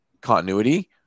continuity